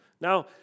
Now